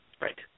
Right